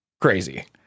crazy